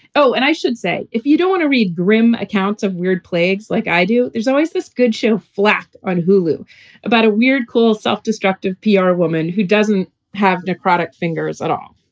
oh, and i should say, if you don't want to read grim accounts of weird plagues like i do, there's always this good show flack on hulu about a weird, cool, self-destructive pr woman who doesn't have necrotic fingers at all.